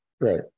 Right